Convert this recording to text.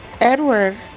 Edward